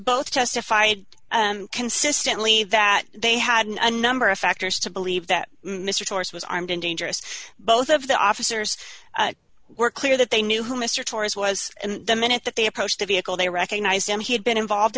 both testified consistently that they had a number of factors to believe that mister torrance was armed and dangerous both of the officers were clear that they knew who mister torres was and the minute that they approached the vehicle they recognized him he had been involved